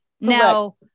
Now